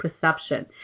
perception